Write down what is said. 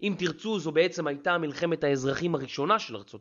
אם תרצו זו בעצם הייתה מלחמת האזרחים הראשונה של ארה״ב...